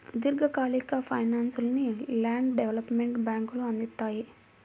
దీర్ఘకాలిక ఫైనాన్స్ను land development బ్యేంకులు అందిత్తాయి